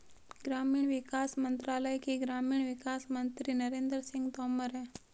ग्रामीण विकास मंत्रालय के ग्रामीण विकास मंत्री नरेंद्र सिंह तोमर है